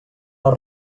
les